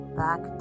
back